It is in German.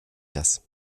das